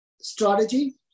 strategy